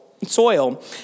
Soil